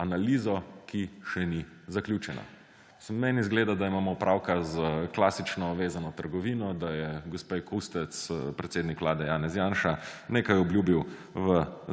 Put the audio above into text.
analizo, ki še ni zaključena? Samo meni izgleda, da imamo opravka s klasično vezano trgovino, da je gospe Kustec predsednik Vlade Janez Janša nekaj obljubil v